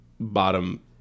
Bottom